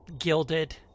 gilded